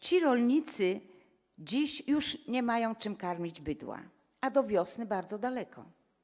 Ci rolnicy dziś już nie mają czym karmić bydła, a do wiosny bardzo daleko.